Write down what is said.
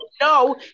no